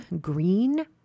green